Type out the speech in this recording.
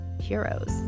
heroes